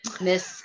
miss